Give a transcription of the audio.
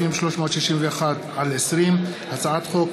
הצע חוק